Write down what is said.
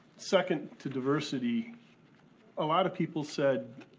second to diversity a lot of people said